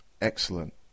excellent